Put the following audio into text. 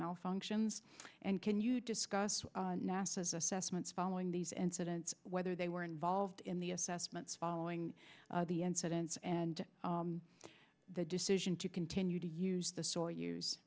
malfunctions and can you discuss nasa as assessments following these incidents whether they were involved in the assessments following the incidents and the decision to continue to use the so